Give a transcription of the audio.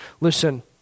Listen